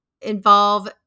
involve